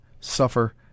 suffer